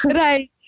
right